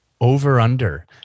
Over-under